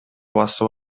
басып